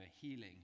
healing